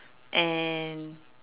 and